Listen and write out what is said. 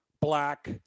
black